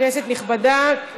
כנסת נכבדה,